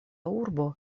urbo